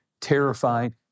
terrified